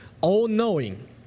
all-knowing